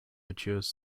matures